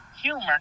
humor